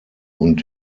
und